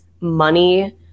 money